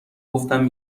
گفتم